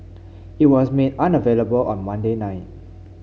it was made unavailable on Monday night